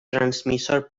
transmisor